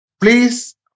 please